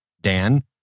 Dan